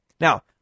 Now